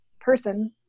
person